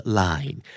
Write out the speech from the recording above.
line